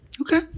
okay